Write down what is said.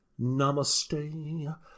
Namaste